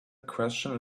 question